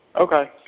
Okay